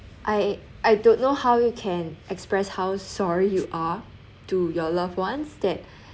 I I don't know how you can express how sorry you are to your loved ones that